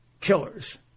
killers